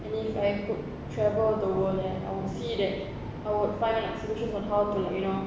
and if I could travel the world then I would see that I would find like solution on how to like you know